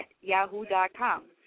yahoo.com